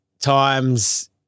times